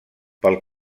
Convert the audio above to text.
pel